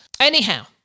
Anyhow